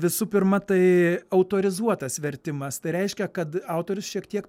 visų pirma tai autorizuotas vertimas tai reiškia kad autorius šiek tiek